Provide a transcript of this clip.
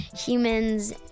humans